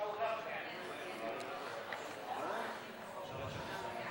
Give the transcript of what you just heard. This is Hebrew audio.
אדוני היושב-ראש,